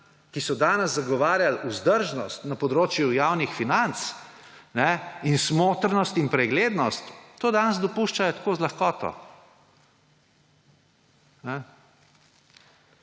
ki so danes zagovarjal vzdržnost na področju javnih financ in smotrnost in preglednost, to danes dopuščajo tako z lahkoto.